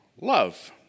Love